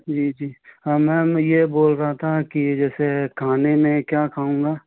जी जी हाँ मैम यह बोल रहा था कि जैसे खाने में क्या खाऊँगा